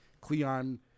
Cleon